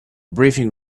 briefing